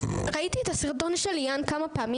ראיתי את הסרטון של ליאם כמה פעמים,